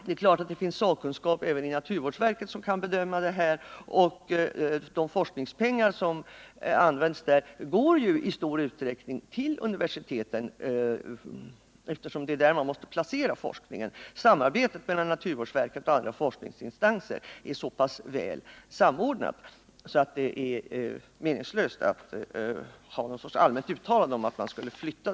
Det är klart att det finns sakkunskap även vid naturvårdsverket som kan bedöma dessa frågor, och de forskningspengar som används där går ju i stor utsträckning till universiteten, eftersom det är där man måste placera forskningen. Samarbetet mellan naturvårdsverket och andra forskningsinstanser är så pass väl samordnad, att det är meningslöst att göra någon sorts allmänt uttalande om överflyttning av anslag.